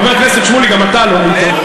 חבר הכנסת שמולי, גם אתה לא היית.